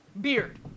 Beard